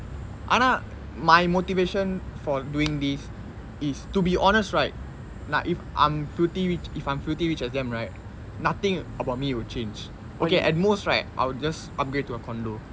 ஆனா:aanaa my motivation for doing this is to be honest right now if I'm filthy rich if I'm filthy rich as them right nothing about me will change okay at most right I would just upgrade to a condo